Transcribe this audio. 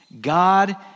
god